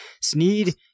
Sneed